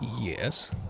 Yes